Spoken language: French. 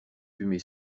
fumée